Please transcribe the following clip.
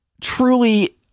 truly